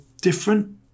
different